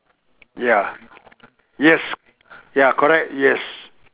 ya yes ya correct yes